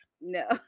no